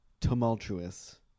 tumultuous